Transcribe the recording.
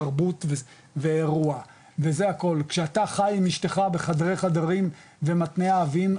תרבות ואירוע וזה הכול כשאתה חי עם אשתך בחדרי חדרים ומתנה אהבים,